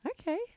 Okay